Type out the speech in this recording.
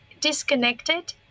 disconnected